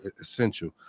essential